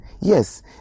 Yes